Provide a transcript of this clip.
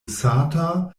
sata